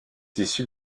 issue